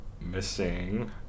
missing